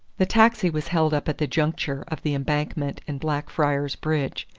the taxi was held up at the juncture of the embankment and blackfriars bridge,